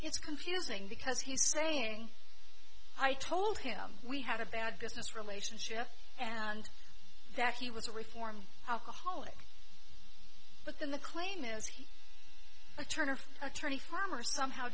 it's confusing because he's saying i told him we had a bad business relationship and that he was a reformed alcoholic but the claim is he attorney attorney farmer somehow